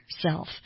self